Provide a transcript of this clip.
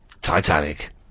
Titanic